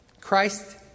Christ